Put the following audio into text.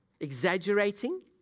Exaggerating